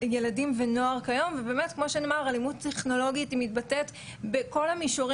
רק לאחרונה היה מקרה של שתי בנות ששיחקו באפליקציית משחקים מאוד מוכרת,